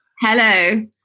Hello